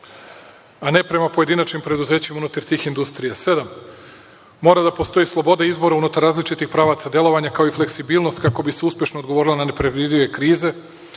a ne prema pojedinačnim preduzećima unutar tih industrija. Sedam – mora da postoji sloboda izbora unutar različitih pravaca delovanja, kao i fleksibilnost, kako bi se uspešno odgovorilo na nepredvidive krize.